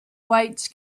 weights